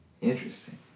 Interesting